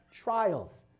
trials